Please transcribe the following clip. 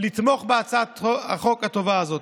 לתמוך בהצעת החוק הטובה הזאת.